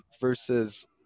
versus